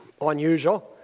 unusual